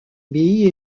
bille